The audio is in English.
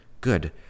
good